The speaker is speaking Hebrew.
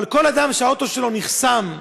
אבל כל אדם שהאוטו שלו נחסם לשעה,